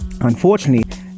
Unfortunately